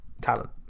talent